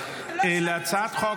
יעלה אחריי לדוכן,